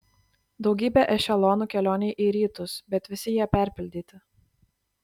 daugybė ešelonų kelionei į rytus bet visi jie perpildyti